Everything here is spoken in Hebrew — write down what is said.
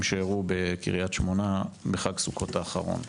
שאירעו בקריית שמונה בחג סוכות האחרון.